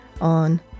on